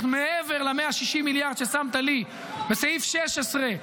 מעבר ל-160 מיליארד ששמת לי בסעיף 16,